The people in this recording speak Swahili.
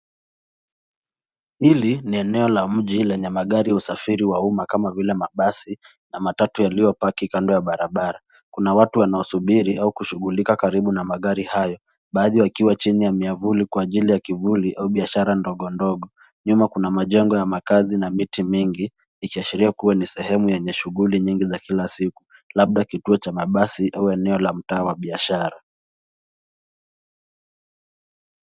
Hili ni eneo la mji lenye magari ya usafiri wa umma kama vile mabasi na matatu yaliyopaki kando ya barabara. Kuna watu wanaosubiri au kushughulika karibu na magari hayo, baadhi wakiwa chini ya miavuli kwa ajli ya kivuli au biashara ndogo ndogo. Nyuma kuna majengo ya makaazi na miti mingi ikiashiria kuwa ni sehemu yenye shughuli nyingi za kila siku, labda kituo cha mabasi au eneo la mtaa wa biashara.